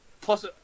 Plus